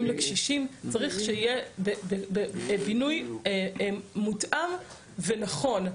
לקשישים צריך שיהיה בינוי מותאם ונכון.